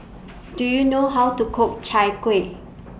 Do YOU know How to Cook Chai Kuih